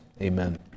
Amen